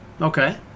Okay